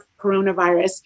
coronavirus